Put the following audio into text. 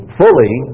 fully